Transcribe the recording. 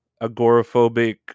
Agoraphobic